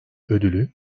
ödülü